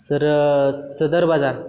sir Sadar Bazaar